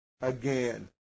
Again